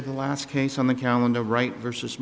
the last case on the calendar right versus